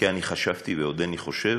כי חשבתי, ועודני חושב,